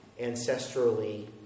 ancestrally